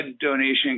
donation